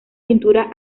pintura